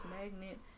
magnet